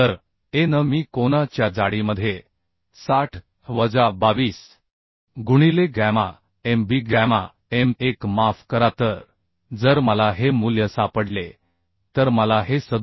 तर a n I कोना च्या जाडीमध्ये 60 वजा 22 गुणिले gamma m b gamma m 1 माफ करा तर जर मला हे मूल्य सापडले तर मला हे 67